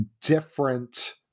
different